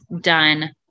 done